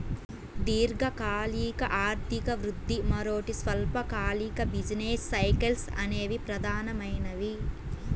దీర్ఘకాలిక ఆర్థిక వృద్ధి, మరోటి స్వల్పకాలిక బిజినెస్ సైకిల్స్ అనేవి ప్రధానమైనవి